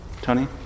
Tony